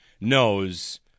knows